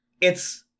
It's-